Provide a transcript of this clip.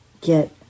get